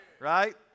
Right